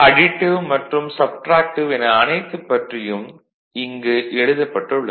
additive மற்றும் subtractive என அனைத்தைப் பற்றியும் இங்கு எழுதப்பட்டு உள்ளது